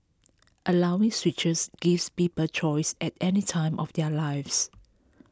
allowing switches gives people choice at any time of their lives